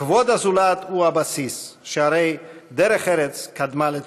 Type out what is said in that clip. כבוד הזולת הוא הבסיס, שהרי "דרך ארץ קדמה לתורה".